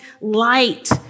light